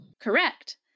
Correct